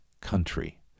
country